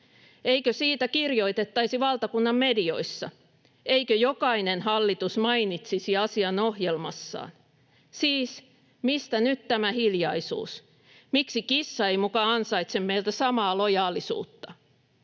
Eikö siitä kirjoitettaisi valtakunnan medioissa? Eikö jokainen hallitus mainitsisi asian ohjelmassaan? Siis mistä nyt tämä hiljaisuus? Miksi kissa ei muka ansaitse meiltä samaa lojaalisuutta?